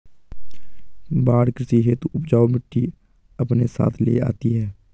बाढ़ कृषि हेतु उपजाऊ मिटटी अपने साथ ले आती है